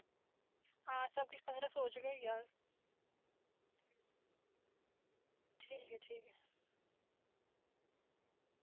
आं सब किश पंदरां सौ बिच गै होई जाह्ग आं ठीक ठीक ऐ